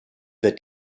wird